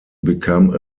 become